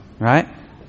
Right